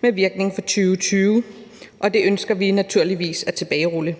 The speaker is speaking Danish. med virkning fra 2020, og det ønsker vi naturligvis at tilbagerulle.